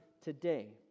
today